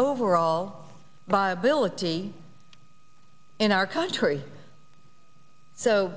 overall by ability in our country so